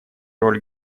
роль